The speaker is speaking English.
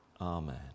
amen